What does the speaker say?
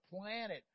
planet